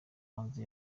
hanze